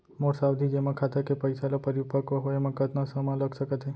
मोर सावधि जेमा खाता के पइसा ल परिपक्व होये म कतना समय लग सकत हे?